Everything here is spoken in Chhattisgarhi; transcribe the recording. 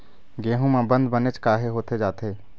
गेहूं म बंद बनेच काहे होथे जाथे?